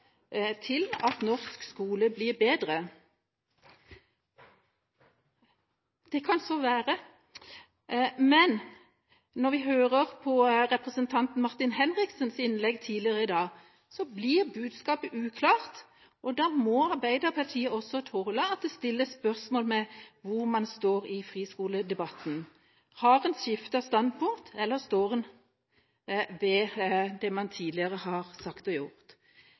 til at norsk skole blir bedre». Det kan så være, men når vi har hørt representanten Martin Henriksens innlegg tidligere i dag, blir budskapet uklart, og da må Arbeiderpartiet også tåle at det stilles spørsmål ved hvor man står i friskoledebatten. Har en skiftet standpunkt eller står en ved det en tidligere har sagt og gjort?